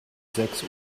sechs